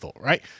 right